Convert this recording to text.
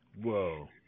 Whoa